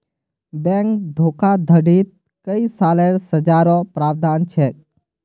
bank धोखाधडीत कई सालेर सज़ारो प्रावधान छेक